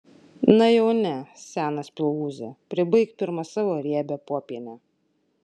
na jau ne senas pilvūze pribaik pirma savo riebią popienę